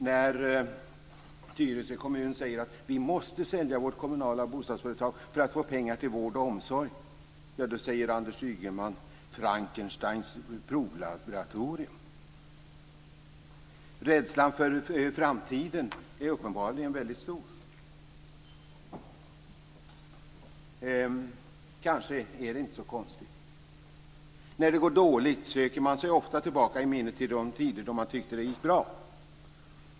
När Tyresö kommun säger att de måste sälja sitt kommunala bostadsföretag för att få pengar till vård och omsorg säger Anders Ygeman att det är Frankensteins provlaboratorium. Rädslan för framtiden är uppenbarligen väldigt stor. Det kanske inte är så konstigt. När det går dåligt söker man sig ofta tillbaka i minnet till de tider då man tyckte att det gick bra.